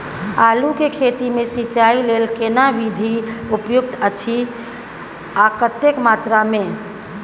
आलू के खेती मे सिंचाई लेल केना विधी उपयुक्त अछि आ कतेक मात्रा मे?